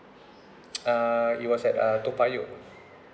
it was at uh toa payoh